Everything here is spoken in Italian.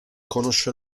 conosce